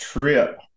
trip